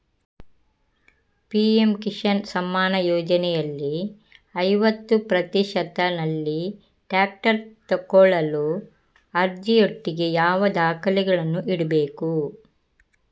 PM Kisan Samman ಯೋಜನೆಯಲ್ಲಿ ಐವತ್ತು ಪ್ರತಿಶತನಲ್ಲಿ ಟ್ರ್ಯಾಕ್ಟರ್ ತೆಕೊಳ್ಳಲು ಅರ್ಜಿಯೊಟ್ಟಿಗೆ ಯಾವ ದಾಖಲೆಗಳನ್ನು ಇಡ್ಬೇಕು?